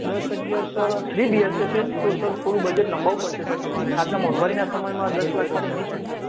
દસ અગિયાર sir three BHK છે તો સર થોડું બજેટ લંબાવવું પડશે સર તમારે આજના મોંઘવારીના સમયમાં દસ લાખમાં તો નહીં થાય સર